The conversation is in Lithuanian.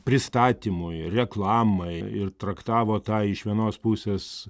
pristatymui reklamai ir traktavo tą iš vienos pusės